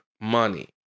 money